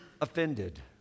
offended